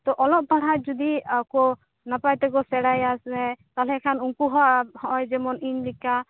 ᱛᱚ ᱚᱞᱚᱜ ᱯᱟᱲᱦᱟᱜ ᱡᱩᱫᱤ ᱟᱠᱚ ᱱᱟᱯᱟᱭ ᱛᱮᱠᱚ ᱥᱮᱬᱟᱭᱟ ᱥᱮ ᱛᱟᱦᱚᱞᱮ ᱠᱷᱟᱱ ᱩᱱᱠᱩ ᱦᱚᱸ ᱱᱚᱜᱚᱭ ᱡᱮᱢᱚᱱ ᱤᱧ ᱞᱮᱠᱟ